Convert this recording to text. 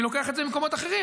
אני לוקח את זה ממקומות אחרים.